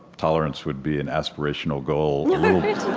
tolerance would be an aspirational goal